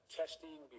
testing